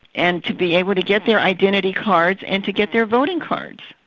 and to be able to get their identity cards and to get their voting cards.